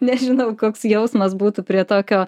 nežinau koks jausmas būtų prie tokio